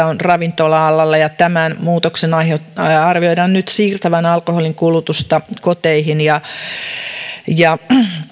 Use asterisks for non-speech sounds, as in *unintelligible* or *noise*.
*unintelligible* on ravintola alalla ja tämän muutoksen arvioidaan nyt siirtävän alkoholinkulutusta koteihin ja